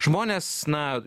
žmones na